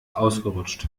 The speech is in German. ausgerutscht